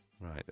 Right